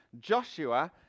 Joshua